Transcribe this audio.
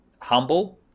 humble